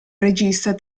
regista